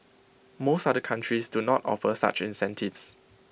most other countries do not offer such incentives